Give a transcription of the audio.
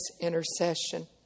intercession